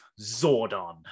Zordon